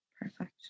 Perfect